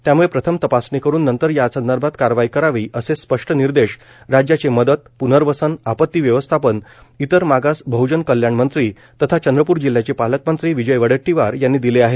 त्याम्ळे प्रथम तपासणी करून नंतर यासंदर्भात कारवाई करावी असे स्पष्ट निर्देश राज्याचे मदत प्नर्वसन आपत्ती व्यवस्थापन इतर मागास बह्जन कल्याण मंत्री तथा चंद्रपूर जिल्ह्याचे पालकमंत्री विजय वडेट्टीवार यांनी दिले आहेत